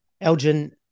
Elgin